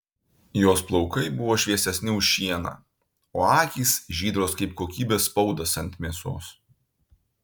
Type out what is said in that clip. jos plaukai buvo šviesesni už šieną o akys žydros kaip kokybės spaudas ant mėsos